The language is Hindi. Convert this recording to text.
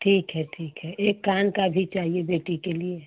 ठीक है ठीक है एक कान का भी चाहिए बेटी के लिए